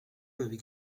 avec